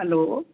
hello